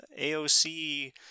AOC